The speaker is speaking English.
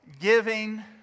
giving